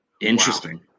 Interesting